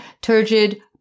turgid